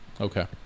Okay